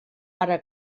ara